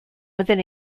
within